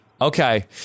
Okay